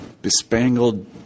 Bespangled